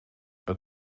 het